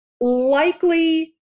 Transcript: likely